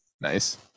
nice